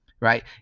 right